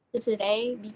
today